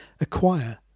acquire